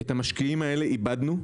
את המשקיעים האלה איבדנו.